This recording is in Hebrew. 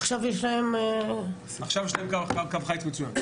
עכשיו יש להם --- עכשיו יש להם קו חיץ מצוין.